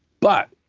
but,